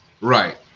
Right